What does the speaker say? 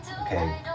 okay